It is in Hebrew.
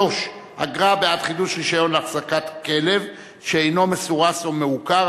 3) (אגרה בעד חידוש רשיון להחזקת כלב שאינו מסורס או מעוקר),